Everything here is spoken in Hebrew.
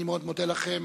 אני מאוד מודה לכם.